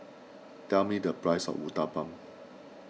tell me the price of Uthapam